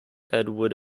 edward